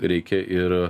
reikia ir